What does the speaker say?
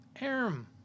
Aram